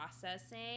processing